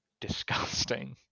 disgusting